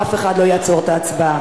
ושל ניצול ציני של רשות דיבור.